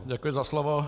Děkuji za slovo.